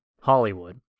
hollywood